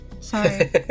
Sorry